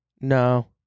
No